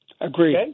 Agreed